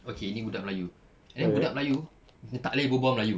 okay ni budak melayu and then budak melayu tak boleh berbual melayu